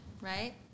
right